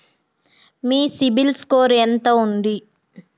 మీ CIBIL score ఎంత ఉంది?